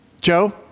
Joe